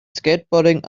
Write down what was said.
skateboarding